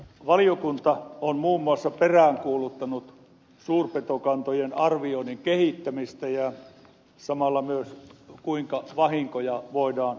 valiokunta on muun muassa peräänkuuluttanut suurpetokantojen arvioinnin kehittämistä ja samalla myös sitä kuinka vahinkoja voidaan ehkäistä